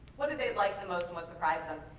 what did they like the most? and what surprised them?